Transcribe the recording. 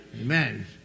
Amen